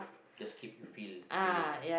just keep you fill filling